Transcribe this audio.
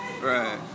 Right